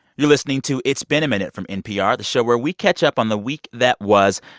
you're listening to it's been a minute from npr, the show where we catch up on the week that was.